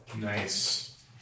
Nice